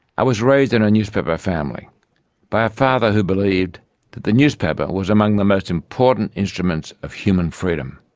i was raised in a newspaper family by a father who believed that the newspaper was among the most important instruments of human freedom.